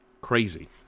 crazy